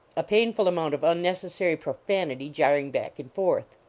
a painful amount of unnecessary profanity jarring back and forth.